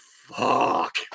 fuck